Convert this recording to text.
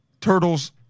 Turtle's